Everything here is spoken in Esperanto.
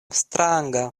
stranga